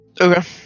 Okay